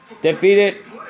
defeated